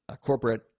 corporate